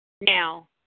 Now